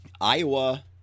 Iowa